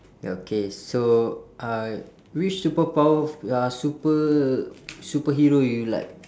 ya okay so uh which superpower uh super~ superhero you like